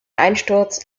einsturz